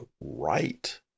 right